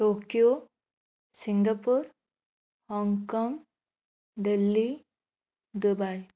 Tokyo Singapore Hong Kong Delhi Dubai